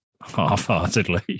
half-heartedly